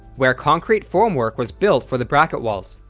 where concrete formwork was built for the bracket walls.